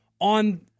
on